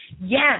Yes